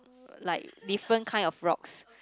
like different kind of props